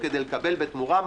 לא מתכוון להיכנס למקומות האלה,